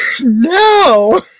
no